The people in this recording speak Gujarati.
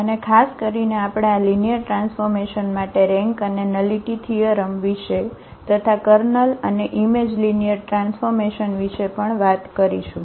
અને ખાસ કરીને આપણે આ લિનિયર ટ્રાન્સફોર્મેશન માટે રેન્ક અને નલિટી થીઅરમ વિશે તથા કર્નલ અને ઇમેજ લિનિયર ટ્રાન્સફોર્મેશન વિશે પણ વાત કરીશું